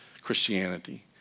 Christianity